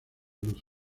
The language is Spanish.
luz